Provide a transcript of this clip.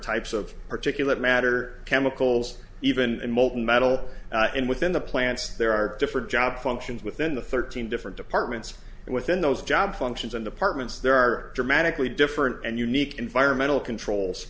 types of particulate matter chemicals even molten metal and within the plants there are different job functions within the thirteen different departments and within those job functions and departments there are dramatically different and unique environmental controls